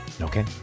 Okay